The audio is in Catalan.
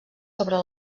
sobre